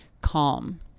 calm